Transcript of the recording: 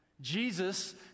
Jesus